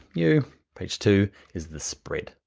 you page two, is the spread.